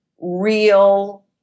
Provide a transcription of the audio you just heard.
real